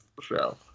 show